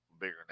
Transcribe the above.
bigger